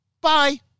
Bye